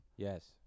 Yes